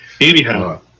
Anyhow